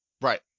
Right